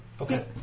Okay